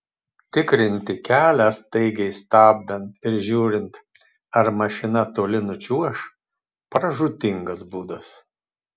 tikrinti kelią staigiai stabdant ir žiūrint ar mašina toli nučiuoš pražūtingas būdas